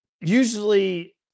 usually